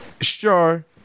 Sure